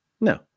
no